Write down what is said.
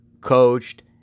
coached